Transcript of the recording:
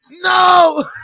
No